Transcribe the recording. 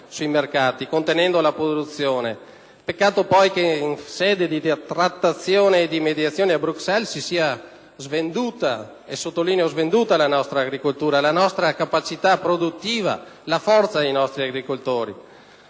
sui mercati contenendo la produzione. Peccato poi che, in sede di trattazione e di mediazioni a Bruxelles, si sia svenduta - e sottolineo svenduta - la nostra agricoltura, la nostra capacità produttiva, quindi la forza dei nostri agricoltori.